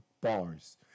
bars